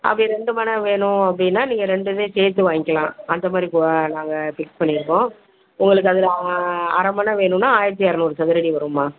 அப்படி ரெண்டு மனை வேணும் அப்படின்னா நீங்கள் ரெண்டுதே சேர்த்து வாங்கிக்கிலாம் அந்த மாதிரி போ நாங்கள் ஃபிக்ஸ் பண்ணியிருக்கோம் உங்களுக்கு அதில் அரை மனை வேணுன்னா ஆயிரத்தி இரநூறு சதுரடி வரும்மா